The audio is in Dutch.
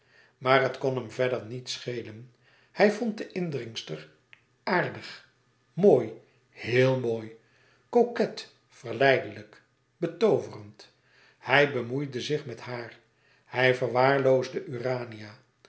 maar het kon hem verder niet schelen hij vond de indringster aardig mooi heel mooi coquet verleidelijk betooverend hij bemoeide zich met haar hij verwaarloosde urania